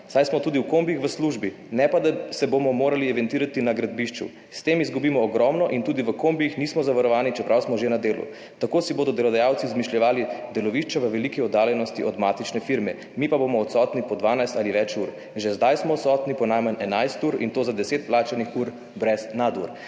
saj smo tudi v kombijih v službi, ne pa da se bomo morali evidentirati na gradbišču. S tem izgubimo ogromno in tudi v kombijih nismo zavarovani, čeprav smo že na delu. Tako si bodo delodajalci izmišljevali delovišča v veliki oddaljenosti od matične firme, mi pa bomo odsotni po 12 ali več ur. Že zdaj smo odsotni po najmanj 11 ur, in to za 10 plačanih ur brez nadur!